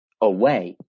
away